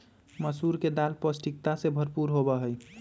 मसूर के दाल पौष्टिकता से भरपूर होबा हई